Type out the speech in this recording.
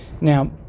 Now